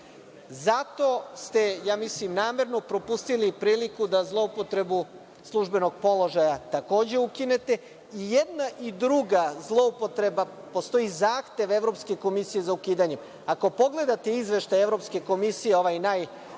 Zato ste, ja mislim namerno, propustili priliku da zloupotrebu službenog položaja takođe ukinete. I jedna druga zloupotreba, postoji zahtev Evropske komisije za ukidanjem. Ako pogledate izveštaj Evropske komisije, ovaj najnoviji